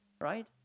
right